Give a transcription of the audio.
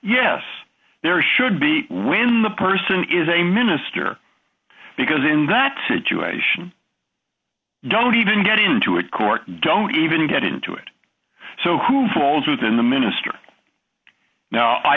yes there should be when the person is a minister because in that situation you don't even get into a court don't even get into it so who falls within the minister no i